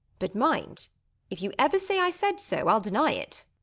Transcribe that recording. but mind if you ever say i said so, i'll deny it.